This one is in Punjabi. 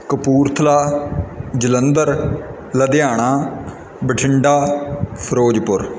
ਕਪੂਰਥਲਾ ਜਲੰਧਰ ਲੁਧਿਆਣਾ ਬਠਿੰਡਾ ਫਿਰੋਜ਼ਪੁਰ